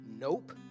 Nope